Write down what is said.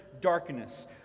darkness